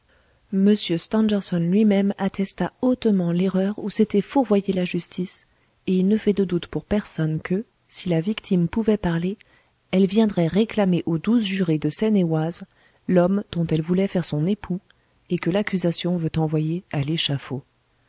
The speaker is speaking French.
m stangerson lui-même attesta hautement l'erreur où s'était fourvoyée la justice et il ne fait de doute pour personne que si la victime pouvait parler elle viendrait réclamer aux douze jurés de seine-et-oise l'homme dont elle voulait faire son époux et que l'accusation veut envoyer à l'échafaud